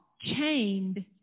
chained